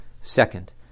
Second